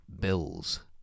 Bills